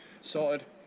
sorted